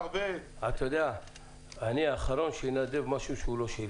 --- אני האחרון שינדב משהו שהוא לא שלי.